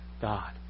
God